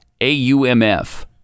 AUMF